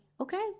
okay